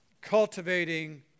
cultivating